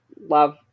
love